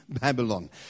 Babylon